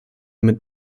mit